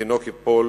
התינוק ייפול